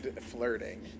flirting